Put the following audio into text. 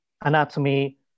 anatomy